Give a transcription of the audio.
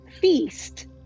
feast